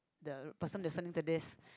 the person listening to this